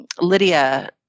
Lydia